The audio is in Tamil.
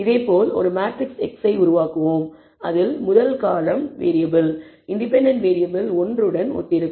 இதேபோல் ஒரு மேட்ரிக்ஸ் x ஐ உருவாக்குவோம் அதில் முதல் காலம்ன் மாறி இண்டிபெண்டன்ட் வேறியபிள் 1 உடன் ஒத்திருக்கும்